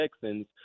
Texans